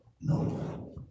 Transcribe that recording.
No